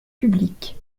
publique